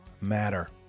matter